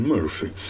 Murphy